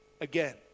Again